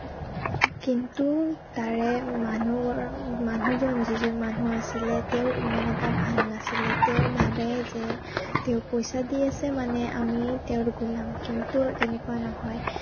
কিন্তু তাৰে মানুহগ মানুহজন যিজন মানুহ আছিলে তেওঁ ইমান এটা ভাল নাছিলে তেওঁ ভাবে যে তেওঁ পইচা দি আছে মানে আমি তেওঁৰ গোলাম কিন্তু তেনেকুৱা নহয়